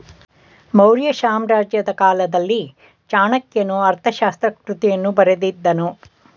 ಮೌರ್ಯ ಸಾಮ್ರಾಜ್ಯದ ಕಾಲದಲ್ಲಿ ಚಾಣಕ್ಯನು ಅರ್ಥಶಾಸ್ತ್ರ ಕೃತಿಯನ್ನು ಬರೆದಿದ್ದನು